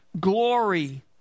glory